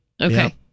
Okay